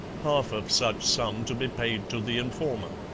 half of such sum to be paid to the informer.